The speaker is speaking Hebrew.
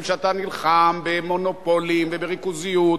כשאתה נלחם במונופולים ובריכוזיות,